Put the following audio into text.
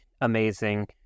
amazing